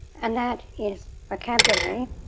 and that is vocabulary.